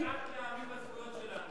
הפסקתְ להאמין בזכויות שלנו,